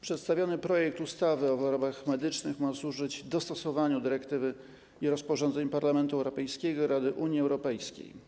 Przedstawiony projekt ustawy o wyrobach medycznych ma służyć stosowaniu dyrektywy i rozporządzeń Parlamentu Europejskiego i Rady Unii Europejskiej.